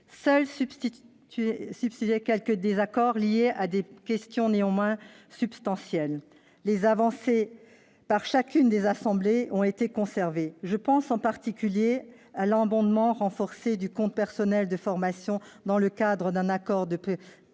Seuls subsistaient quelques désaccords, liés à des questions néanmoins substantielles. Les avancées réalisées par chacune des assemblées ont été conservées. Je pense en particulier à l'abondement renforcé du compte personnel de formation dans le cadre d'un accord de préservation